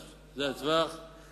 הנוסחה פחות או יותר